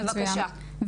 מצוין.